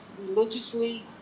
religiously